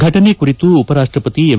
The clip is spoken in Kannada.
ಫಟನೆ ಕುರಿತು ಉಪರಾಷ್ಷಪತಿ ಎಂ